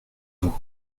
vous